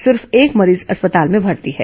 सिर्फ एक मरीज अस्पताल में भर्ती है